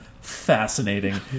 fascinating